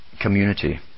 community